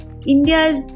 India's